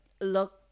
look